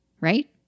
right